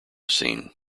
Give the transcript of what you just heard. scene